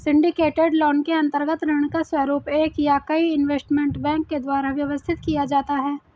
syndicated loan के अंतर्गत ऋण का स्वरूप एक या कई इन्वेस्टमेंट बैंक के द्वारा व्यवस्थित किया जाता है